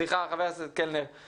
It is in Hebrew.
סליחה חבר הכנסת קלנר,